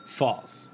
false